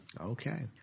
Okay